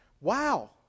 wow